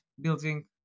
Building